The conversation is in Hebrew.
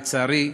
לצערי,